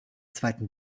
zweiten